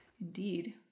indeed